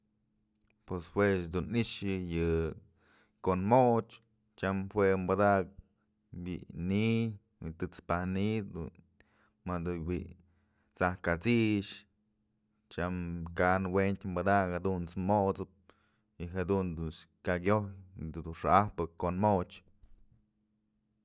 Pues juech dun i'ixë yë kon moch, cham jue padakëp bi'i ni'iy y tët's paj ni'iy dun mat bi'i t'saj kat'sixtyam kan wentyë padak jadunt's mot'sëp y jadun dun kya kyoj yëdun xa'ajpë kon moch.